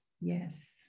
Yes